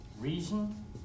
reason